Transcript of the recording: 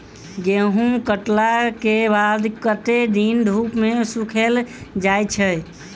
गहूम कटला केँ बाद कत्ते दिन धूप मे सूखैल जाय छै?